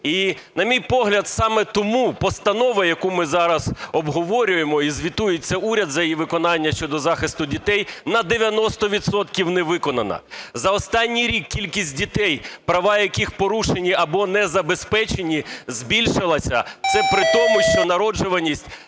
І, на мій погляд, саме тому постанова, яку ми зараз обговорюємо і звітується уряд за її виконання щодо захисту дітей, на 90 відсотків не виконана. За останній рік кількість дітей, права яких порушені або не забезпечені, збільшилася